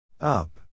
Up